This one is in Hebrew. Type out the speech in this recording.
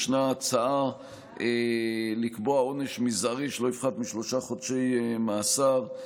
ישנה הצעה לקבוע עונש מזערי שלא יפחת משלושה חודשי מאסר.